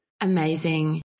amazing